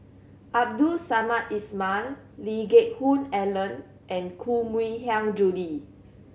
Abdul Samad Ismail Lee Geck Hoon Ellen and Koh Mui Hiang Julie